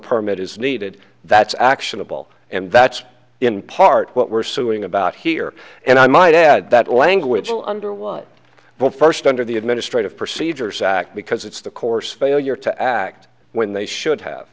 permit is needed that's actionable and that's in part what we're suing about here and i might add that language will under what but first under the administrative procedures act because it's the course failure to act when they should have